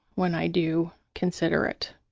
when i do consider it.